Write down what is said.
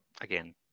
again